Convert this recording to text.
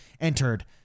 entered